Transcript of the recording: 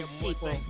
people